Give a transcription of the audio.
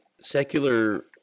secular